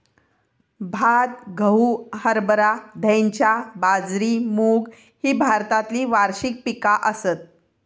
भात, गहू, हरभरा, धैंचा, बाजरी, मूग ही भारतातली वार्षिक पिका आसत